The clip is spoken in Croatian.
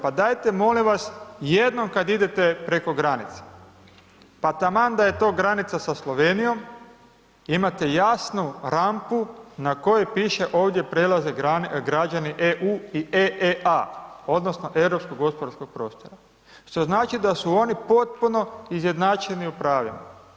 Pa dajte molim vas jednom kad idete preko granice, pa taman da je to granica sa Slovenijom imate jasnu rampu na kojoj piše ovdje prelaze građani EU i EEA odnosno Europskog gospodarskog prostora što znači da su oni potpuno izjednačeni u pravima.